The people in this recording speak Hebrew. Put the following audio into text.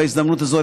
בהזדמנות הזו,